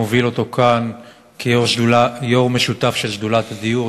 מוביל אותו כאן כיו"ר שותף של שדולת הדיור,